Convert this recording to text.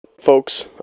folks